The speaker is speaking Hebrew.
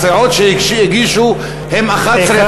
הסיעות שהגישו הן 11 חברים.